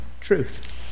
truth